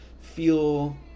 feel